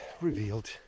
revealed